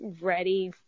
ready